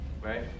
right